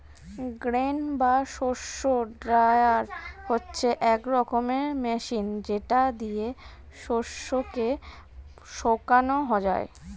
grain বা শস্য dryer হচ্ছে এক রকমের মেশিন যেটা দিয়ে শস্য কে শোকানো যায়